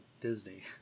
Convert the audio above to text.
disney